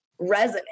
resonate